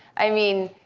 i mean,